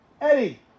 Eddie